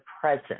present